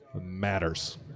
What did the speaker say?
matters